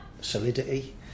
solidity